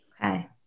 Okay